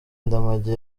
ndamage